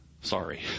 Sorry